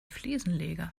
fliesenleger